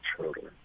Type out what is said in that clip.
children